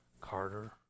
Carter